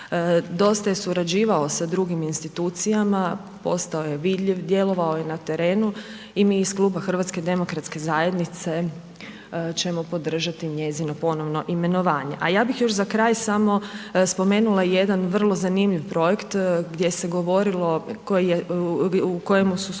dosta je surađivao sa drugim institucijama, postao je vidljiv, djelovao je na terenu i mi iz Kluba HDZ-a ćemo podržati njezino ponovno imenovanje. A ja bih još za kraj samo spomenula jedan vrlo zanimljiv projekt gdje se